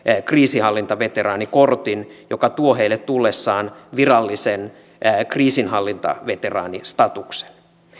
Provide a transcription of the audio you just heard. kriisinhallintaveteraanikortin joka tuo heille tullessaan virallisen kriisinhallintaveteraanistatuksen